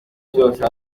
cyose